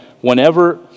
whenever